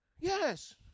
Yes